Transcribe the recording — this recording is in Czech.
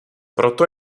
proto